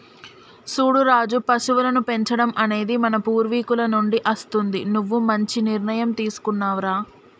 సూడు రాజు పశువులను పెంచడం అనేది మన పూర్వీకుల నుండి అస్తుంది నువ్వు మంచి నిర్ణయం తీసుకున్నావ్ రా